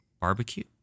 Barbecue